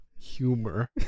humor